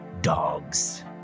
dogs